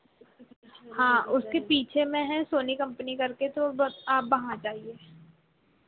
हाँ उसके पीछे में है सोनी कंपनी कर के तो बस आप वहाँ आ जाइए